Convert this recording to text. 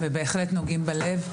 ובהחלט נוגעים בלב.